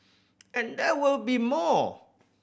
and there will be more